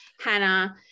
Hannah